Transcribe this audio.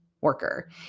worker